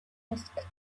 asked